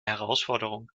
herausforderung